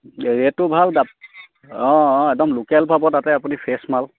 ৰেটটো ভাল অঁ অঁ একদম লোকেল পাব তাতে আপুনি ফ্ৰেছ মাল